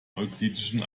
euklidischen